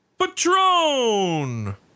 Patron